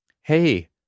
hey